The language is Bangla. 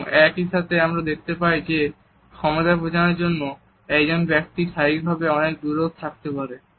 এবং একই সাথে আমরা দেখতে পাই যে ক্ষমতা বোঝানোর জন্য একজন ব্যক্তি শারীরিকভাবে অনেক দূরেও থাকতে পারে